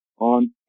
on